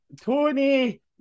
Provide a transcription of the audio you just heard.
Tony